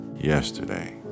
yesterday